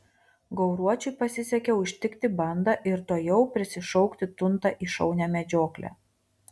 gauruočiui pasisekė užtikti bandą ir tuojau prisišaukti tuntą į šaunią medžioklę